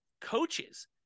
coaches